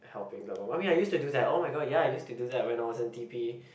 helping them but I mean I used to do that [oh]-my-god ya I used to do that when I was in T_P